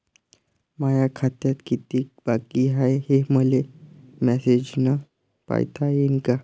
माया खात्यात कितीक बाकी हाय, हे मले मेसेजन पायता येईन का?